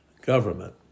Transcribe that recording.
government